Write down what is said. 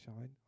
shine